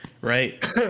right